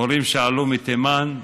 להורים שעלו מתימן.